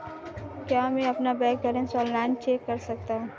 क्या मैं अपना बैंक बैलेंस ऑनलाइन चेक कर सकता हूँ?